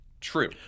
true